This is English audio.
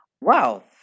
wow